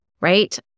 right